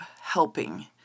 helping